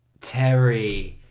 Terry